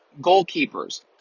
Goalkeepers